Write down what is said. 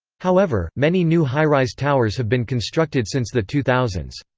however, many new high-rise towers have been constructed since the two thousand